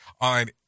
on